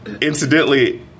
incidentally